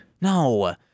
no